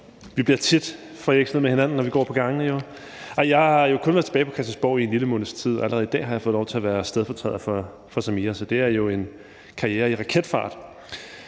Vi bliver tit forvekslet med hinanden, når vi går på gangene, og jeg har kun været tilbage på Christiansborg i en lille måneds tid, og allerede i dag har jeg fået lov til at være stedfortræder for Samira Nawa, så det er jo en karriere i raketfart.